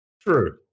True